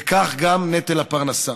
וכך גם נטל הפרנסה.